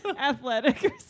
athletic